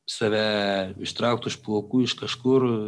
save ištraukt už plaukų iš kažkur